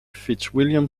fitzwilliam